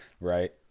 Right